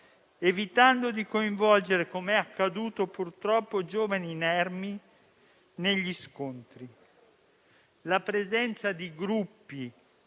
evitando di coinvolgere, come purtroppo accaduto, giovani inermi negli scontri. La presenza di gruppi